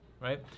right